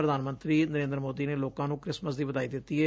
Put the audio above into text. ਪ੍ਰਧਾਨ ਮੰਤਰੀ ਨਰੇਦਰ ਮੋਦੀ ਨੇ ਲੋਕਾ ਨੂੰ ਕ੍ਰਿਸਮਿਸ ਦੀ ਵਧਾਈ ਦਿੱਤੀ ਏ